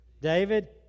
David